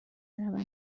بروم